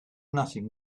nothing